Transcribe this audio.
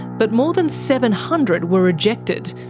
but more than seven hundred were rejected,